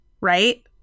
right